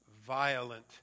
violent